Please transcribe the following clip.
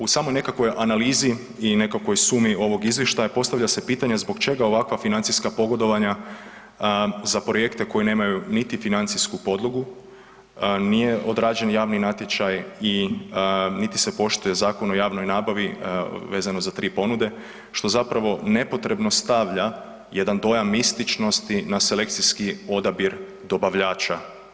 U samoj nekakvoj analizi i nekakvoj sumi ovog izvještaja postavlja se pitanje zbog čega ovakva financijska pogodovanja za projekte koji nemaju niti financijsku podlogu, nije odrađen javni natječaj i niti se poštuje Zakon o javnoj nabavi vezano za 3 ponude, što zapravo nepotrebno stavlja jedan dojam mističnosti na selekcijski odabir dobavljača.